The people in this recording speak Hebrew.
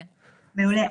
מעולה.